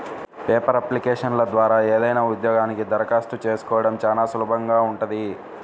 paper అప్లికేషన్ల ద్వారా ఏదైనా ఉద్యోగానికి దరఖాస్తు చేసుకోడం చానా సులభంగా ఉంటది